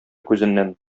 күзеннән